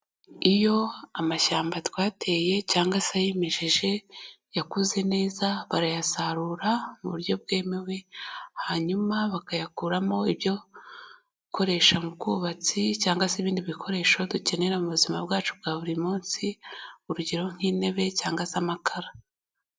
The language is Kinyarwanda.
Iyo amashyamba twateye cyangwa se yimejeje yakuze neza, barayasarura mu buryo bwemewe, hanyuma bakayakuramo ibyo gukoresha mu bwubatsi cyangwa se ibindi bikoresho dukenera mu buzima bwacu bwa buri munsi, urugero nk'intebe cyangwa se amakara.